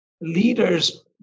leaders